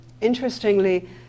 interestingly